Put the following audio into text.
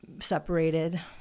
separated